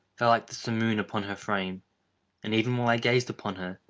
fell like the simoon upon her frame and, even while i gazed upon her,